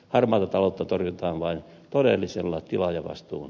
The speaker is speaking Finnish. harmaata taloutta torjutaan vain todellisella tilaajavastuun